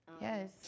Yes